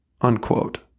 unquote